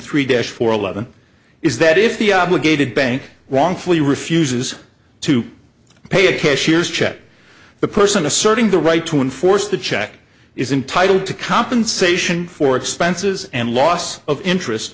three days four eleven is that if the obligated bank wrongfully refuses to pay a cashier's check the person asserting the right to enforce the check is entitled to compensation for expenses and loss of interest